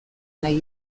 nahi